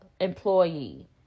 employee